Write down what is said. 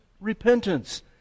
repentance